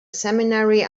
seminary